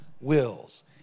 wills